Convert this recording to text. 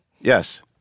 Yes